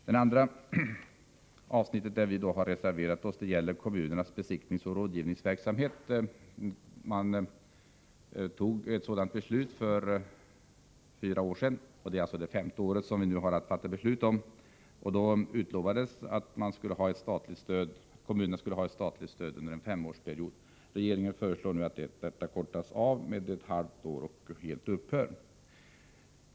Det andra avsnittet där vi har reserverat oss gäller stödet till kommunernas besiktningsoch rådgivningsverksamhet. Riksdagen fattade för fyra år sedan ett beslut där det utlovades att kommunerna skulle ha ett statligt stöd under en femårsperiod. Regeringen föreslår nu att denna period förkortas med ett halvår och att stödet helt upphör.